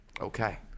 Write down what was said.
Okay